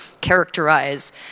characterize